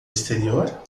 exterior